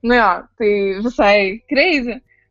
nu jo tai visai kreizi